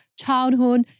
childhood